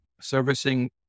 servicing